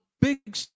big